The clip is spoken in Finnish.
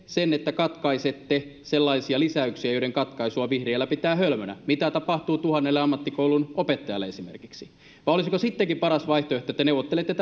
sen että katkaisette sellaisia lisäyksiä joiden katkaisua vihriälä pitää hölmönä mitä tapahtuu tuhannelle ammattikoulun opettajalle esimerkiksi vai olisiko sittenkin paras vaihtoehto että neuvottelette